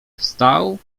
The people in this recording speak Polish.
wstał